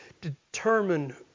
determine